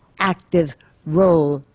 active role,